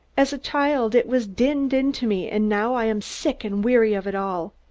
as a child it was dinned into me, and now i am sick and weary of it all.